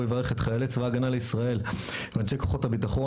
הוא יברך את חיילי צבא הגנה לישראל ואנשי כוחות הביטחון